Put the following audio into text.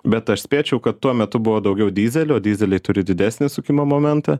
bet aš spėčiau kad tuo metu buvo daugiau dyzelių o dyzeliai turi didesnį sukimo momentą